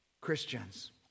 Christians